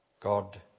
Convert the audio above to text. God